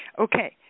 Okay